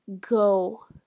go